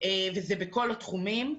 וזה בכל התחומים.